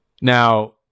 Now